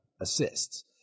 assists